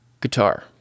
guitar